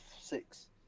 six